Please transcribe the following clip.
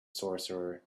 sorcerer